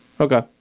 Okay